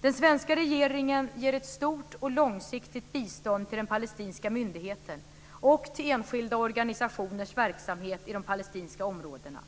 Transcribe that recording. Den svenska regeringen ger ett stort och långsiktigt bistånd till den palestinska myndigheten och till enskilda organisationers verksamhet i de palestinska områdena.